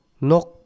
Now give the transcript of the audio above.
Nok